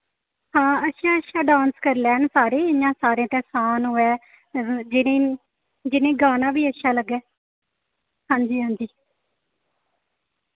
हां अच्छा अच्छा डांस करी लैन सारे इयां सारें तै असान होऐ जिन्हें जिन्हें गाना बी अच्छा लग्गै हांजी हांजी